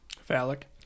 Phallic